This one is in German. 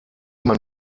immer